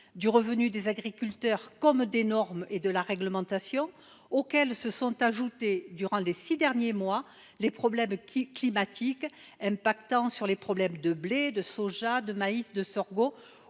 du revenu des agriculteurs, des normes et de la réglementation, auxquels se sont ajoutés au cours des six derniers mois les problèmes climatiques affectant le blé, le soja, le maïs, le sorgho,